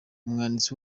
ubwanditsi